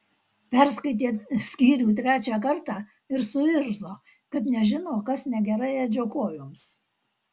perskaitė skyrių trečią kartą ir suirzo kad nežino kas negerai edžio kojoms